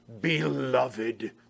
beloved